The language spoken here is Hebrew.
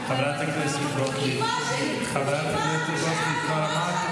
איימן עודה תומך טרור.